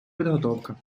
підготовка